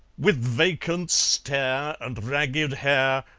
with vacant stare, and ragged hair,